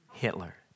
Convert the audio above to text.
Hitler